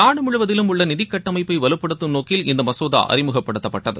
நாடு முழுவதிலும் உள்ள நிதிக்கட்டமைப்பை வலுப்படுத்தம் நோக்கில் மசோதா இந்த அறிமுகப்படுத்தப்பட்டது